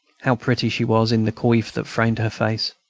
how pretty she was, in the coif that framed her face!